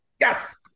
Yes